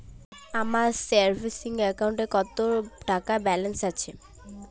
আমার সেভিংস অ্যাকাউন্টে কত টাকা ব্যালেন্স আছে?